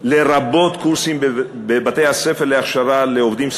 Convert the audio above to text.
לרבות קורסים בבתי-הספר להכשרת עובדים סוציאליים,